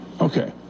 Okay